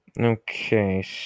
Okay